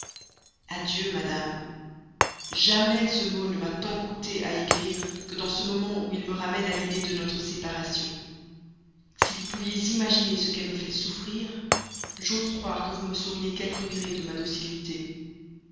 adieu madame jamais ce mot ne m'a tant coûté à écrire que dans ce moment où il me ramène à l'idée de notre séparation si vous pouviez imaginer ce qu'elle me fait souffrir j'ose croire que vous me sauriez quelque gré de ma docilité